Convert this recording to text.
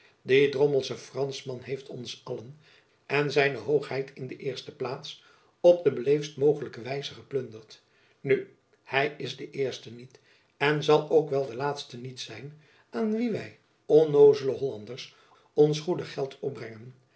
die drommelsche franschman heeft ons allen en z hoogheid in de eerste plaats op de beleefdst mogelijke wijze geplunderd nu hy is de jacob van lennep elizabeth musch eerste niet en zal ook wel de laatste niet zijn aan wien wy onnoozele hollanders ons goede geld opbrengen